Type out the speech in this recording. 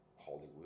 Hollywood